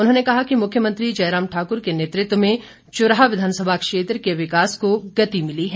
उन्होंने कहा कि मुख्यमंत्री जयराम ठाकुर के नेतृत्व में चुराह विधानसभा क्षेत्र में विकास को गति मिली है